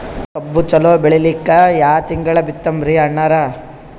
ಕಬ್ಬು ಚಲೋ ಬೆಳಿಲಿಕ್ಕಿ ಯಾ ತಿಂಗಳ ಬಿತ್ತಮ್ರೀ ಅಣ್ಣಾರ?